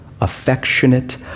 Affectionate